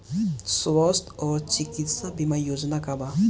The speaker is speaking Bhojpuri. स्वस्थ और चिकित्सा बीमा योजना का बा?